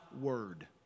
word